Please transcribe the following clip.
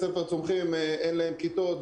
שאין בהם כיתות,